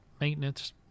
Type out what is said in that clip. maintenance